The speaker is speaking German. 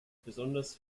besonders